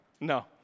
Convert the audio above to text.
no